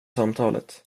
samtalet